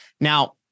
Now